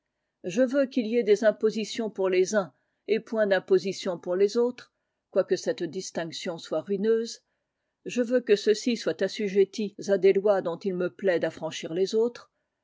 je veux qu'il y ait des impositions pour les uns et point d'impositions pour les autres quoique cette distinction soit ruineuse je veux que ceux-ci soient assujettis à des lois dont il me plaît d'affranchir les autres